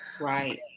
Right